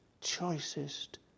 choicest